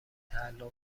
تعلق